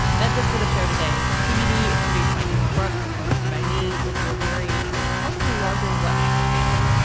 that's it for the show today. tbd is produced by ethan brooks and hosted by me, lizzie o'leary, and is part of a larger what next family.